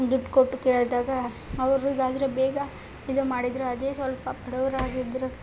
ದುಡ್ಡು ಕೊಟ್ಟು ಕೇಳಿದಾಗ ಅವರು ಹೀಗಾದ್ರೆ ಬೇಗ ಇದು ಮಾಡಿದರು ಅದೇ ಸ್ವಲ್ಪ ಬಡವರಾಗಿದ್ದರು